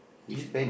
do you